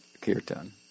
kirtan